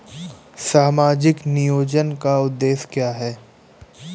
सामाजिक नियोजन का उद्देश्य क्या है?